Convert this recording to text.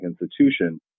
institution